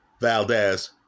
Valdez